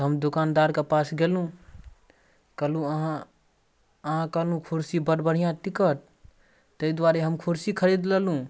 हम दोकानदारके पास गेलहुँ कहलहुँ अहाँ अहाँ कहलहुँ कुरसी बड़ बढ़िआँ टिकत ताहि दुआरे हम कुरसी खरिद लेलहुँ